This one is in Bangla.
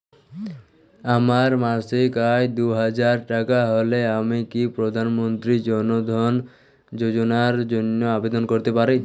আমার মাসিক আয় দুহাজার টাকা হলে আমি কি প্রধান মন্ত্রী জন ধন যোজনার জন্য আবেদন করতে পারি?